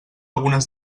algunes